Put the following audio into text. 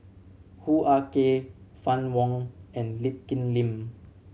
Hoo Ah Kay Fann Wong and Lee Kip Lin